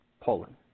Poland